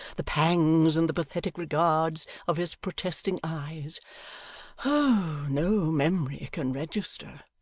the pangs and the pathetic regards of his protesting eyes oh, no memory can register.